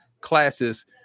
classes